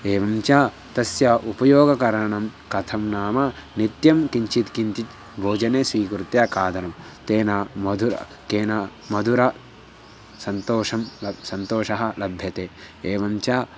एवञ्च तस्य उपयोगकरणं कथं नाम नित्यं किञ्चित् किञ्चित् भोजने स्वीकृत्य खादनं तेन मधुरं केन मधुरसन्तोषः लभ्यते सन्तोषः लभ्यते एवञ्च